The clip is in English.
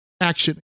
action